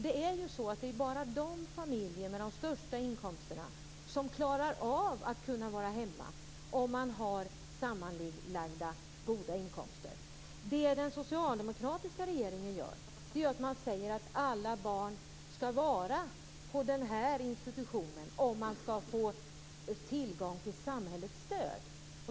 Det är bara familjer med de största inkomsterna, med sammanlagt goda inkomster, som klarar av att vara hemma. Det som den socialdemokratiska regeringen gör är att säga att alla barn skall vara på en viss institution om de skall få tillgång till samhällets stöd.